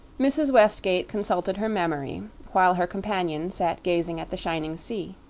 mrs. westgate consulted her memory, while her companion sat gazing at the shining sea.